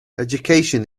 education